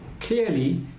clearly